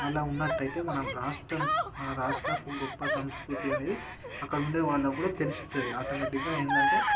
అలా ఉన్నట్టయితే మనం రాష్ట్రం మన రాష్ట్రపు గొప్ప సంస్కృతి అనేది అక్కడ ఉండే వాళ్ళక్కూడా తెలుస్తుంది ఆటోమేటిక్గా ఏందంటే